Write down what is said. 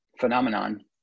phenomenon